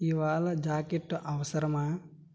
ఇవాళ జాకెట్టు అవసరమా